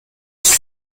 used